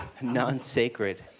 non-sacred